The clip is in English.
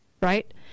Right